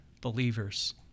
believers